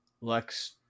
Lex